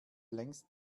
längst